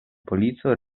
polico